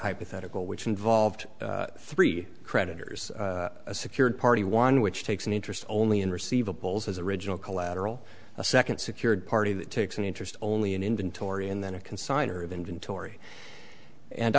hypothetical which involved three creditors secured party one which takes an interest only in receivables as original collateral a second secured party that takes an interest only in inventory and then a